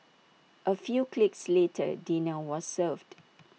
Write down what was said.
A few clicks later dinner was served